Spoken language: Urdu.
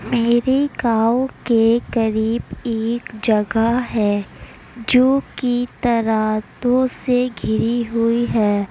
میرے گاؤں کے قریب ایک جگہ ہے جو کہ تراتو سے گھری ہوئی ہے